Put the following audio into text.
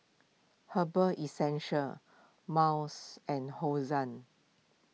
Herbal essential Miles and Hosen